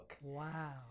Wow